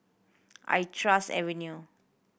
I trust Avenue